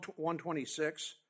126